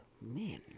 men